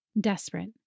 Desperate